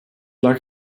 lag